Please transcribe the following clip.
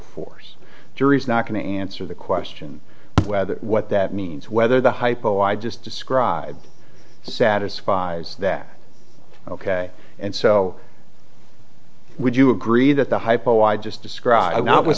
force jury's not going to answer the question whether what that means whether the hypo i just described satisfies that and so would you agree that the hypo i just described